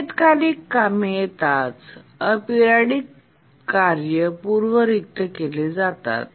नियतकालिक कामे येताच अॅपरिओडिक कार्य पूर्व रिक्त केले जातात